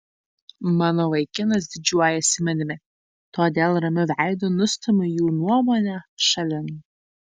mano vaikinas didžiuojasi manimi todėl ramiu veidu nustumiu jų nuomonę šalin